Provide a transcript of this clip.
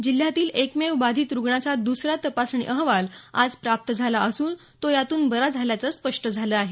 जिल्ह्यातील एकमेव बाधीत रुग्णाचा दुसरा तपासणी अहवाल आज प्राप्त झाला असून तो यातून बरा झाल्याचं स्पष्ट झालं आहे